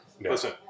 Listen